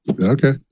Okay